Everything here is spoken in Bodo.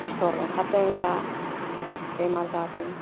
सिथर ओंखारदों दा बेमार जादों